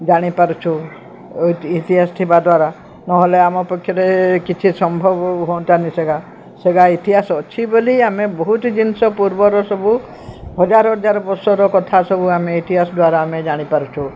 ଜାଣିପାରୁଛୁ ଇତିହାସ ଥିବା ଦ୍ୱାରା ନହେଲେ ଆମ ପକ୍ଷରେ କିଛି ସମ୍ଭବ ହୁଅନ୍ତାନି ସେଗା ସେଗା ଇତିହାସ ଅଛି ବୋଲି ଆମେ ବହୁତ ଜିନିଷ ପୂର୍ବର ସବୁ ହଜାର ହଜାର ବର୍ଷର କଥା ସବୁ ଆମେ ଇତିହାସ ଦ୍ୱାରା ଆମେ ଜାଣିପାରୁଛୁ